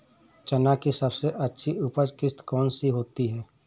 चना की सबसे अच्छी उपज किश्त कौन सी होती है?